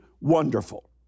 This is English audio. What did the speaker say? wonderful